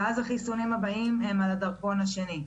ואז החיסונים הבאים הם על הדרכון השני.